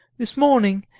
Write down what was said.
this morning,